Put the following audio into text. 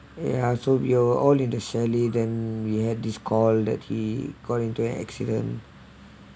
ya so we are all in the shelley then we had this call that he got into an accident